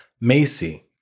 Macy